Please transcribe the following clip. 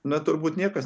na turbūt niekas